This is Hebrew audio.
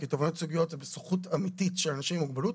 כי תובענות ייצוגיות זו זכות אמיתית של אנשים מוגבלות,